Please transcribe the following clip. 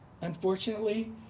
Unfortunately